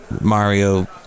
Mario